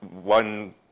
one